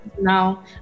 Now